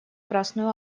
красную